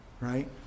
right